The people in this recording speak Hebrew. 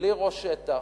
בלי ראש שטח,